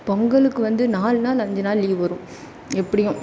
பொங்கலுக்கு வந்து நாலு நாள் அஞ்சு நாள் லீவ் வரும் எப்படியும்